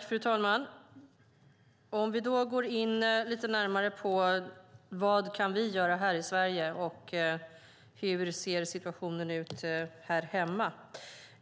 Fru talman! Låt oss gå in lite närmare på vad vi kan göra här i Sverige och hur situationen ser ut här hemma.